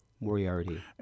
Moriarty